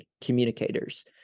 communicators